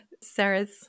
Sarah's